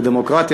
של הדמוקרטיה,